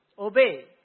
obey